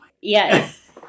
Yes